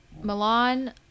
Milan